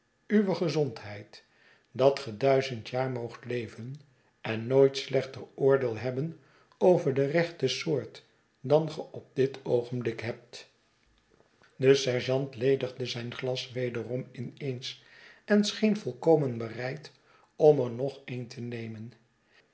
uwe gezondheid dat ge duizend jaar moogt leven en nooit slechter oordeel hebben over de rechte soort dan ge op dit oogenblik hebt de sergeant ledigde zijn glas wederom in eens en scheen volkomen bereid om er nog een te nemen